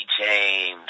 James